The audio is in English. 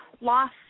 loss